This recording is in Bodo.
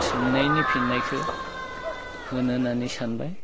सोंनायनि फिननायखो होनो होननानै सानबाय